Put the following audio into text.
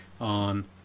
On